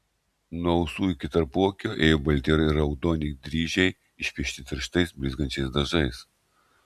nuo ausų iki tarpuakio ėjo balti ir raudoni dryžiai išpiešti tirštais blizgančiais dažais